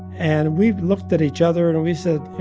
and we looked at each other, and we said, you